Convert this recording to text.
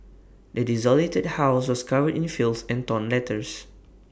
the desolated house was covered in filth and torn letters